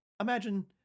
Imagine